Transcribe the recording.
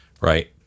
right